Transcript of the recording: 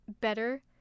better